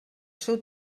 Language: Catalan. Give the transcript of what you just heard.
seu